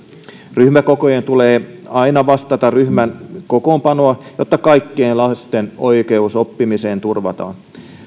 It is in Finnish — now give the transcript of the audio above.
ryhmäkokojen tulee aina vastata ryhmän kokoonpanoa jotta kaikkien lasten oikeus oppimiseen turvataan